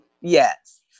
Yes